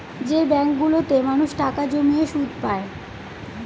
যে ব্যাঙ্কগুলোতে মানুষ টাকা জমিয়ে সুদ পায়